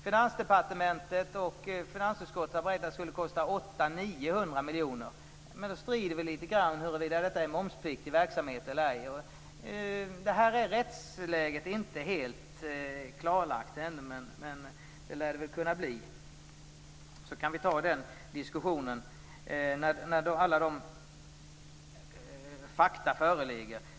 Finansdepartementet och finansutskottet räknar med 800-900 miljoner, men då strider vi litet grand om huruvida detta är momspliktig verksamhet eller ej. Rättsläget är ännu inte helt klarlagt, men det lär väl kunna bli det. Vi kan ta den diskussionen när alla fakta föreligger.